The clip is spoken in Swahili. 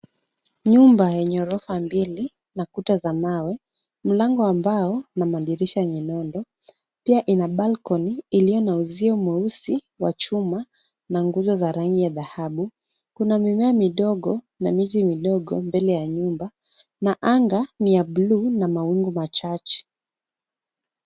Nyumba yenye ghorofa mbili na kuta za mawe, mlango wa mbao na madirisha nyenondo pia ina balcony iliyo na uzio mweusi wa chuma na nguzo za rangi ya dhahabu, kuna mimea midogo na miti midogo mbele ya nyumba na anga ni ya bluu na mawingu machache.